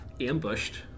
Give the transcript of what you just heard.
ambushed